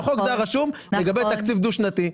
בחוק זה היה רשום לגבי תקציב דו שנתי.